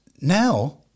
now